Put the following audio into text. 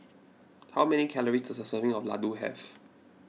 how many calories does a serving of Ladoo have